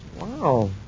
Wow